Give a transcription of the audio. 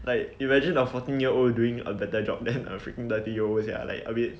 like imagine a fourteen year old doing a better job then a freaking thirty year old sia like a bit